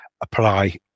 apply